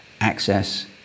access